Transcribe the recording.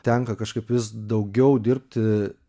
tenka kažkaip vis daugiau dirbti